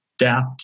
adapt